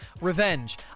Revenge